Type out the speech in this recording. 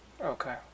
Okay